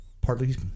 partly